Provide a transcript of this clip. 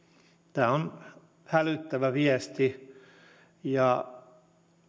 tämä on hälyttävä viesti ja